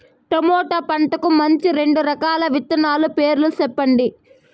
tomato పంటకు మంచి రెండు రకాల విత్తనాల పేర్లు సెప్పండి